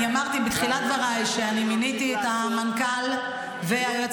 אני אמרתי בתחילת דבריי שאני מיניתי את המנכ"ל והיועץ